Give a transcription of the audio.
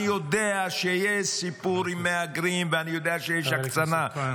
אני יודע שיש סיפור עם מהגרים ואני יודע שיש הקצנה -- חבר הכנסת כהן.